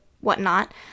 whatnot